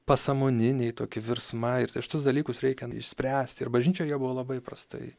pasąmoniniai toki virsmai ir tai šitus dalykus reikia išspręst ir bažnyčioj buvo labai prastai